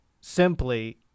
simply